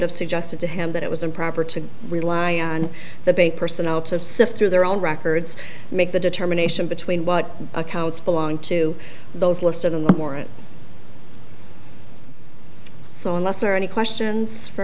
have suggested to him that it was improper to rely on the bay personnel to sift through their own records make the determination between what accounts belong to those listed on the more it so unless or any questions for